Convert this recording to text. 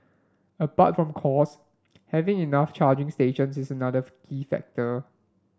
apart from cost having enough charging stations is another key factor